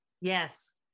Yes